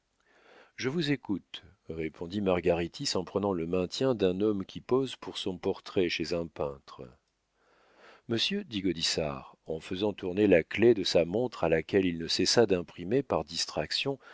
je vous écoute répondit margaritis en prenant le maintien d'un homme qui pose pour son portrait chez un peintre monsieur dit gaudissart en faisant tourner la clef de sa montre à laquelle il ne cessa d'imprimer par distraction